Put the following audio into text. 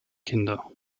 kinder